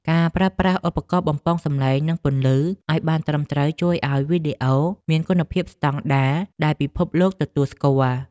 ការប្រើប្រាស់ឧបករណ៍បំពងសំឡេងនិងពន្លឺឱ្យបានត្រឹមត្រូវជួយឱ្យវីដេអូមានគុណភាពស្តង់ដារដែលពិភពលោកទទួលស្គាល់។